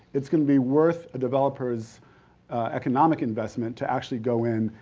it's gonna be worth a developer's economic investment to actually go in,